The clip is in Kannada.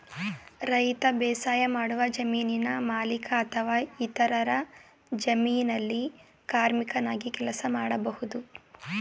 ರೈತ ಬೇಸಾಯಮಾಡುವ ಜಮೀನಿನ ಮಾಲೀಕ ಅಥವಾ ಇತರರ ಜಮೀನಲ್ಲಿ ಕಾರ್ಮಿಕನಾಗಿ ಕೆಲಸ ಮಾಡ್ಬೋದು